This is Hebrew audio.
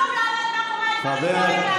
כלום לא עומד מאחורי הדברים שכרגע אמרת.